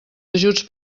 ajuts